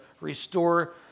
restore